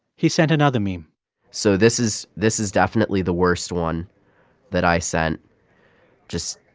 he sent another meme so this is this is definitely the worst one that i sent just,